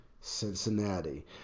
Cincinnati